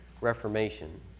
Reformation